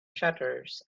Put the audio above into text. shutters